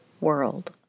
world